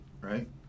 right